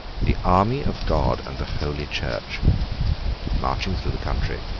the army of god and the holy church marching through the country,